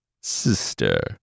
Sister